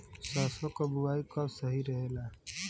सरसों क बुवाई कब सही रहेला?